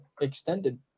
extended